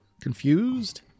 Confused